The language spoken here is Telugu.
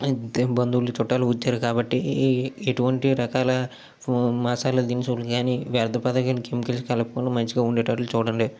బంధువులు చుట్టాలు వచ్చారు కాబట్టి ఎటువంటి రకాల మసాలా దినుసులు కానీ వ్యర్ధపదార్ధాలు కానీ కెమికల్స్ కలపకుండా మంచిగా ఉండేటట్లు చూడండి